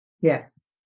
Yes